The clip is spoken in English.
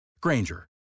Granger